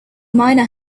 miner